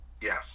yes